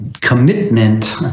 commitment